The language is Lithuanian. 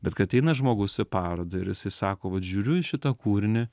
bet kai ateina žmogus į parodą ir jisai sako vat žiūriu į šitą kūrinį